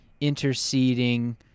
interceding